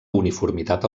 uniformitat